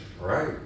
Right